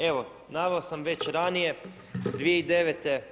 Evo, naveo sam već ranije 2009.